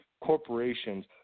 corporations